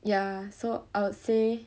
ya so I would say